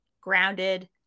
grounded